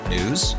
News